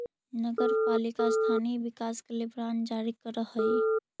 नगर पालिका स्थानीय विकास के लिए बांड जारी करऽ हई